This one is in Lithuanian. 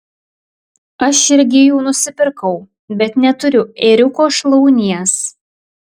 aš irgi jų nusipirkau bet neturiu ėriuko šlaunies